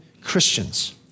Christians